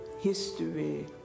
history